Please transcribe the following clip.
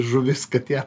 žuvis katė